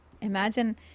Imagine